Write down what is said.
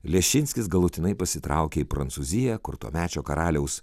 leščinskis galutinai pasitraukė į prancūziją kur tuomečio karaliaus